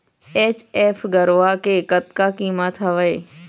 HF गरवा के कतका कीमत हवए?